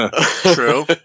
True